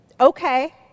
Okay